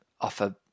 offer